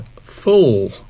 full